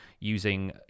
using